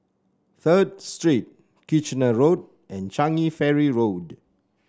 Third Street Kitchener Road and Changi Ferry Road